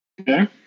Okay